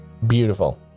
Beautiful